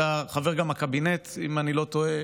ואתה חבר גם בקבינט, אם אני לא טועה: